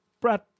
brad